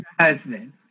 husband